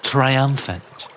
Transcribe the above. Triumphant